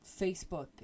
Facebook